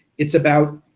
it's about,